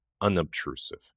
unobtrusive